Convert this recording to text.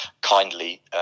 kindly